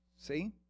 See